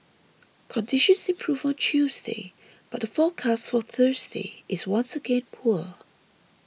conditions improved on Tuesday but the forecast for Thursday is once again poor